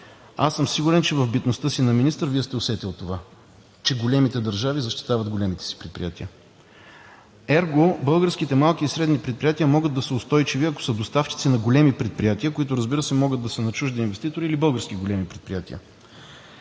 Аз съм сигурен, че в битността си на министър Вие сте усетил това, че големите държави защитават големите си предприятия. Ерго българските малки и средни предприятия могат да са устойчиви, ако са доставчици на големи предприятия, които, разбира се, могат да са на чужди инвеститори или български големи предприятия.